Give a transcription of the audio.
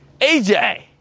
AJ